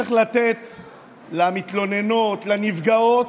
וצריך לתת למתלוננות, לנפגעות,